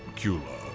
cula